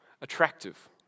attractive